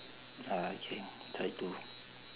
ah K try to